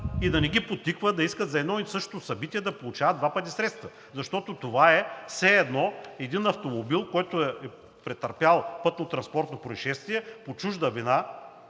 и да не ги подтиква да искат за едно и също събитие да получават два пъти средства, защото това е все едно един автомобил, който е претърпял пътнотранспортно произшествие по чужда вина,